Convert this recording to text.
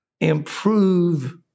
improve